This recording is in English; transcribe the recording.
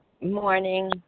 Morning